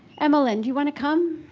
emmelyn do you want to come?